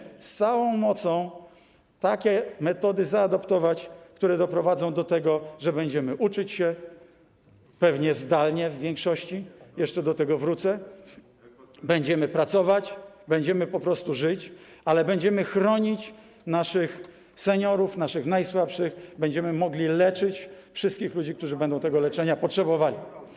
Dlatego musimy z całą mocą zaadaptować takie metody, które doprowadzą do tego, że będziemy uczyć się pewnie zdalnie w większości - jeszcze do tego wrócę - będziemy pracować, będziemy po prostu żyć, ale będziemy chronić naszych seniorów, naszych najsłabszych, będziemy mogli leczyć wszystkich ludzi, którzy będą tego leczenia potrzebowali.